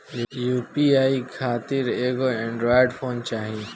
UPI खातिर एगो android phone चाही